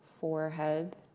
forehead